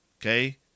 Okay